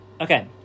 Okay